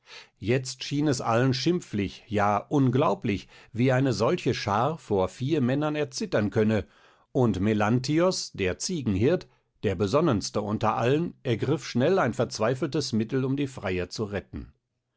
jetzt schien es allen schimpflich ja unglaublich wie eine solche schar vor vier männern erzittern könne und melanthios der ziegenhirt der besonnenste unter allen ergriff schnell ein verzweifeltes mittel um die freier zu retten